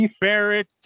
Barrett